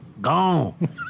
gone